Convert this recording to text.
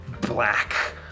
black